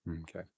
Okay